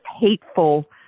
hateful